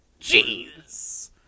Jeez